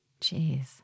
Jeez